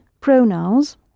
pronouns